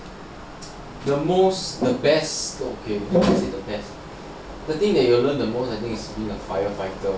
the most the best okay lah maybe not the best the thing that you will learn I think is from fire fighter